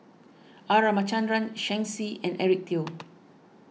R Ramachandran Shen Xi and Eric Teo